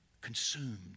consumed